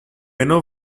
benno